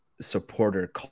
supporter